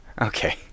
Okay